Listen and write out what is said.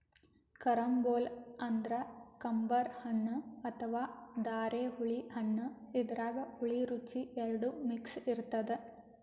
carambola ಅಂದ್ರ ಕಂಬರ್ ಹಣ್ಣ್ ಅಥವಾ ಧಾರೆಹುಳಿ ಹಣ್ಣ್ ಇದ್ರಾಗ್ ಹುಳಿ ರುಚಿ ಎರಡು ಮಿಕ್ಸ್ ಇರ್ತದ್